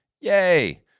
Yay